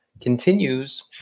continues